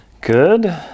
Good